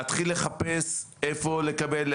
להתחיל לחפש איפה לקבל,